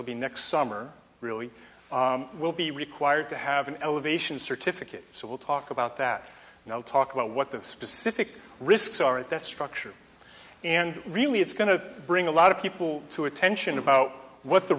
so be next summer really will be required to have an elevation certificate so we'll talk about that and i'll talk about what the specific risks are at that structure and really it's going to bring a lot of people to attention about what the